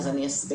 אז אני אסביר.